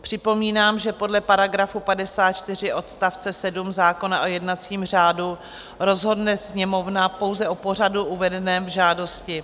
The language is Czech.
Připomínám, že podle § 54 odst. 7 zákona o jednacím řádu rozhodne Sněmovna pouze o pořadu uvedeném v žádosti.